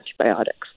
antibiotics